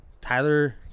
Tyler